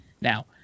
Now